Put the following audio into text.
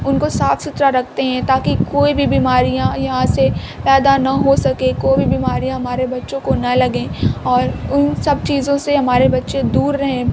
ان کو صاف ستھرا رکھتے ہیں تاکہ کوئی بھی بیماریاں یہاں سے پیدا نہ ہو سکیں کوئی بھی بیماری ہمارے بچوں کو نہ لگیں اور ان سب چیزوں سے ہمارے بچے دور رہیں